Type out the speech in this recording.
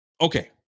Okay